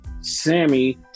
Sammy